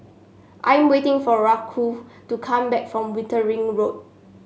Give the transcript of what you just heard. I'm waiting for Raquel to come back from Wittering Road